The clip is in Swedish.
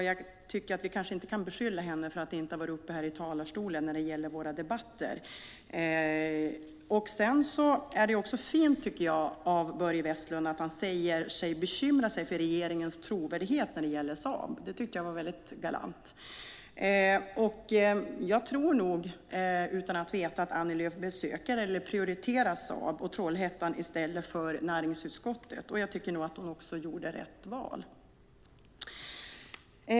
Vi kan kanske inte beskylla henne för att inte har varit uppe här i talarstolen i våra debatter. Jag tycker också att det är fint av Börje Vestlund att han säger att han bekymrar sig för regeringens trovärdighet när det gäller Saab. Det tycker jag var mycket galant. Jag tror nog, utan att veta det, att Annie Lööf besöker eller prioriterar Saab och Trollhättan i stället för näringsutskottet. Jag tycker också att hon gjorde rätt val.